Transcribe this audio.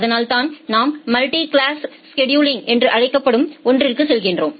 அதனால்தான் நாம் multi class scheduling என்று அழைக்கப்படும் ஒன்றிற்கு செல்கிறோம்